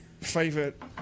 favorite